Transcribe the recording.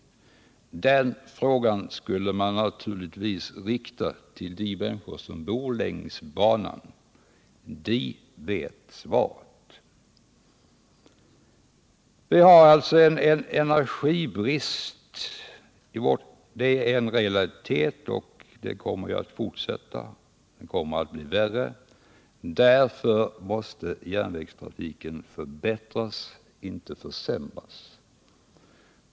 Den frågan borde naturligtvis riktas till de människor som bor längs banan. De vet nämligen svaret. Vi har i vårt land en energibrist. Den kommer att fortsätta, och den kommer att förvärras. Järnvägstrafiken måste därför förbättras — inte försämras.